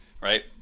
right